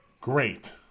Great